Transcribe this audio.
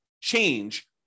change